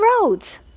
Roads